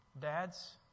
dads